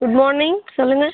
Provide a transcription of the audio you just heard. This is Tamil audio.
குட் மார்னிங் சொல்லுங்கள்